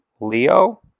Leo